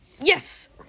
Yes